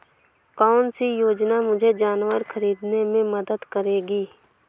कौन सी योजना मुझे जानवर ख़रीदने में मदद करेगी?